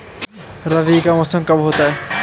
रबी का मौसम कब होता हैं?